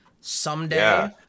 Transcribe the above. someday